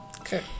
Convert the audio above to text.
Okay